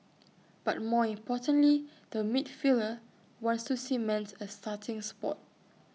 but more importantly the midfielder wants to cement A starting spot